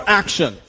action